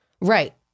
Right